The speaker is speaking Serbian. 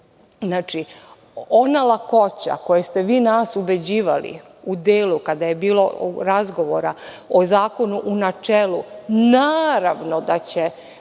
Znači, ona lakoća kojom ste vi nas ubeđivali u delu kada je bilo razgovora o zakonu u načelu - naravno da će